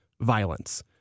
violence